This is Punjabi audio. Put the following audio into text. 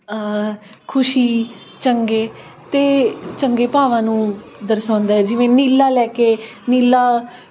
ਖੁਸ਼ੀ ਚੰਗੇ ਅਤੇ ਚੰਗੇ ਭਾਵਾਂ ਨੂੰ ਦਰਸਾਉਂਦਾ ਹੈ ਜਿਵੇਂ ਨੀਲਾ ਲੈ ਕੇ ਨੀਲਾ